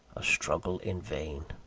a struggle in vain.